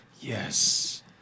Yes